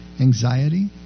anxiety